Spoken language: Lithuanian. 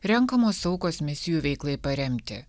renkamos aukos misijų veiklai paremti